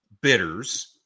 bitters